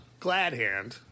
Gladhand